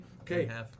Okay